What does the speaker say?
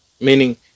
meaning